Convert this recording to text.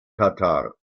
katar